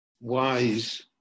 wise